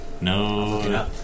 no